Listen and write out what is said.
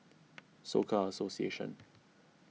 Soka Association